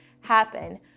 happen